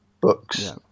books